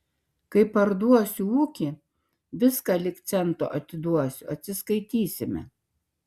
kai parduosiu ūkį viską lyg cento atiduosiu atsiskaitysime